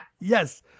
yes